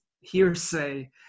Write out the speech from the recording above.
hearsay